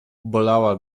bolała